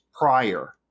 prior